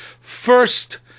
first